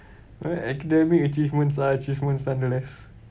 never mind academic achievements are achievements nonetheless